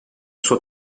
sua